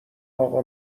اقا